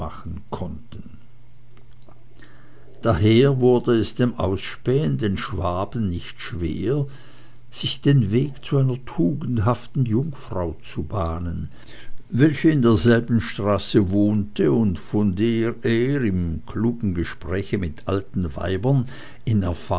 konnten daher wurde es dem ausspähenden schwaben nicht schwer sich den weg zu einer tugendhaften jungfrau zu bahnen welche in derselben straße wohnte und von der er im klugen gespräche mit alten weibern in